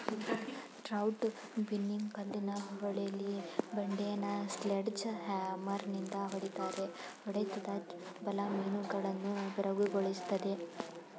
trout binning ಕಲ್ಲಿನ ಹೊಳೆಲಿ ಬಂಡೆನ ಸ್ಲೆಡ್ಜ್ ಹ್ಯಾಮರ್ನಿಂದ ಹೊಡಿತಾರೆ ಹೊಡೆತದ ಬಲ ಮೀನುಗಳನ್ನು ಬೆರಗುಗೊಳಿಸ್ತದೆ